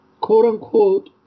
quote-unquote